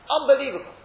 Unbelievable